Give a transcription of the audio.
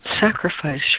sacrifice